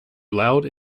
loud